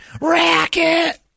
racket